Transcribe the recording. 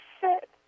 sit